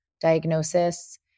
diagnosis